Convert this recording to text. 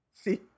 see